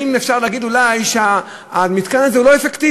האם אפשר להגיד, אולי, שהמתקן הזה הוא לא אפקטיבי?